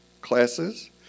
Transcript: classes